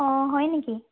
অঁ হয় নেকি